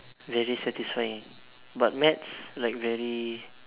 very satisfying but maths like very